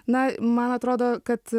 na man atrodo kad